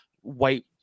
white